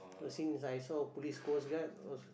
so since I saw a police coast guard was